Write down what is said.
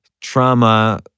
trauma